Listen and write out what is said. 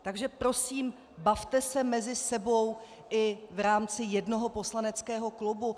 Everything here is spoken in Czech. Takže prosím, bavte se mezi sebou i v rámci jednoho poslaneckého klubu.